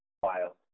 file